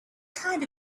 kind